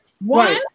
One